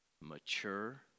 mature